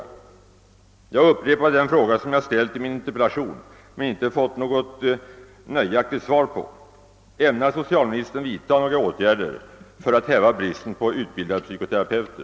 Jag upprepar här den fråga som jag ställde i min interpellation, men som jag inte har fått något nöjaktigt svar på: Ämnar socialministern vidta åtgärder för att häva bristen på utbildade psykoterapeuter?